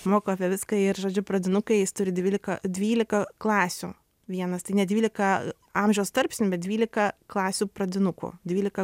moko apie viską ir žodžiu pradinukai jis turi dvylika dvylika klasių vienas tai ne dvylika amžiaus tarpsnių bet dvylika klasių pradinukų dvylika